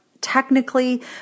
technically